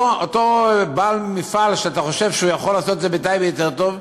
אותו בעל מפעל שאתה חושב שהוא יכול לעשות את זה בטייבה יותר טוב,